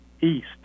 east